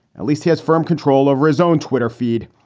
at least he has firm control over his own twitter feed.